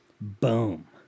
Boom